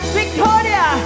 Victoria